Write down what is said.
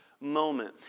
moment